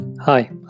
Hi